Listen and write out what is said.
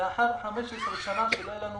של ח"כ משה אבוטבול.